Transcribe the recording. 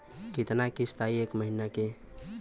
कितना किस्त आई एक महीना के?